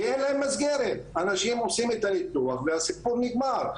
זה כי אין להם מסגרת - אנשים עושים את הניתוח והסיפור נגמר.